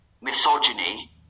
misogyny